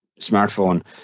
smartphone